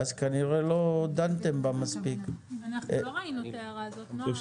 אנחנו לא ראינו את ההערה הזאת, נעה.